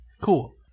cool